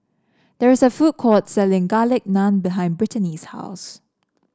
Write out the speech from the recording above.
there is a food court selling Garlic Naan behind Brittany's house